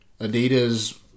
Adidas